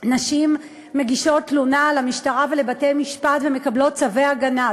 נשים מגישות תלונה למשטרה ולבתי-משפט ומקבלות צווי הגנה.